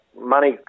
money